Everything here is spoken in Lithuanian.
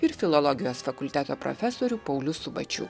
ir filologijos fakulteto profesorių paulių subačių